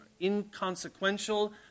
inconsequential